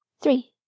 Three